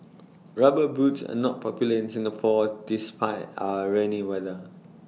rubber boots are not popular in Singapore despite our rainy weather